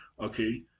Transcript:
Okay